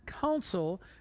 council